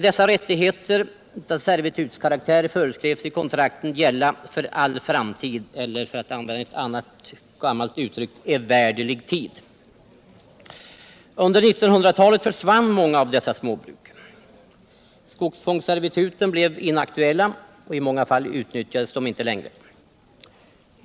Dessa rättigheter av servitutskaraktär föreskrevs gälla för ”all framtid” eller — för att använda ett gammalt uttryck — för ”evärdlig tid”. Under 1900-talet försvann många av dessa småbruk. Skogsfångsservituten blev inaktuella, i många fall utnyttjades de inte längre.